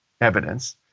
evidence